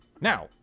Now